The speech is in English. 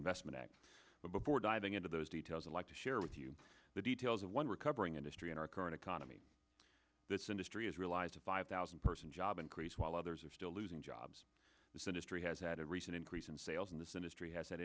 reinvestment act but before diving into those details and like to share with you the details of one recovering industry in our current economy this industry has realized a five thousand person job increase while others are still losing jobs this industry has had a recent increase in sales in this industry has ha